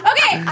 Okay